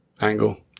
angle